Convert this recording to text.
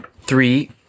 Three